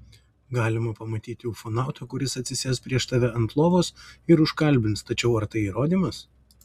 galima pamatyti ufonautą kuris atsisės prieš tave ant lovos ir užkalbins tačiau ar tai įrodymas